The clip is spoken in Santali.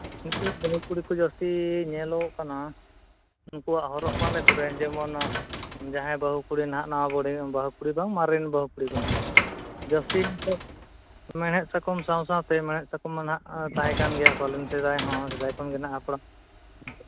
ᱱᱤᱛᱚᱜ ᱵᱟᱹᱦᱩ ᱠᱩᱲᱤ ᱠᱚ ᱡᱟᱹᱥᱛᱤ ᱧᱮᱞᱚᱜ ᱠᱟᱱᱟ ᱩᱱᱠᱩᱣᱟᱜ ᱦᱚᱨᱚᱜ ᱵᱟᱸᱫᱮ ᱠᱚᱨᱮᱫ ᱡᱮᱢᱚᱱ ᱡᱟᱦᱟᱸᱭ ᱵᱟᱹᱦᱩ ᱠᱩᱲᱤ ᱱᱟᱦᱟᱸᱜ ᱱᱟᱣᱟ ᱵᱟᱹᱦᱩ ᱠᱩᱲᱤ ᱫᱚ ᱵᱟᱝ ᱢᱟᱨᱮᱱ ᱵᱟᱹᱦᱩ ᱠᱩᱲᱤ ᱫᱚ ᱦᱟᱸᱜ ᱡᱟᱹᱥᱛᱤ ᱱᱤᱛᱚᱜ ᱢᱮᱲᱦᱮᱫ ᱥᱟᱠᱚᱢ ᱥᱟᱶ ᱥᱟᱶᱛᱮ ᱢᱮᱲᱦᱮᱫ ᱥᱟᱠᱚᱢ ᱫᱚ ᱦᱟᱸᱜ ᱛᱟᱦᱮᱸ ᱠᱟᱱ ᱜᱮᱭᱟ ᱯᱟᱞᱮᱱ ᱥᱮᱫᱟᱭ ᱦᱚᱸ ᱥᱮᱫᱟᱭ ᱠᱷᱚᱱᱜᱮ ᱦᱟᱸᱜ ᱦᱟᱯᱲᱟᱢ